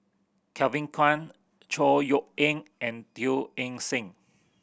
Kevin Kwan Chor Yeok Eng and Teo Eng Seng